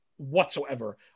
Whatsoever